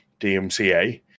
DMCA